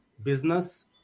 Business